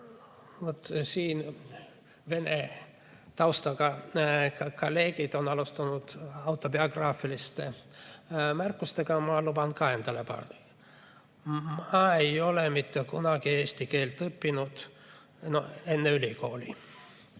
Siin vene taustaga kolleegid on alustanud autobiograafiliste märkustega, ma luban ka endale paar sellist. Ma ei ole mitte kunagi eesti keelt õppinud enne ülikooli.